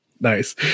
Nice